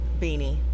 beanie